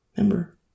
Remember